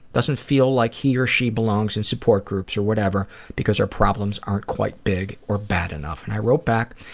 doesn't feel like he or she belongs in support groups or whatever because our problems aren't quite big or bad enough. and i wrote back,